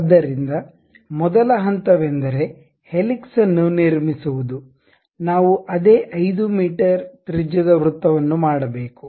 ಆದ್ದರಿಂದ ಮೊದಲ ಹಂತವೆಂದರೆ ಹೆಲಿಕ್ಸ್ ಅನ್ನು ನಿರ್ಮಿಸುವುದು ನಾವು ಅದೇ 5 ಮೀಟರ್ ತ್ರಿಜ್ಯದ ವೃತ್ತವನ್ನು ಮಾಡಬೇಕು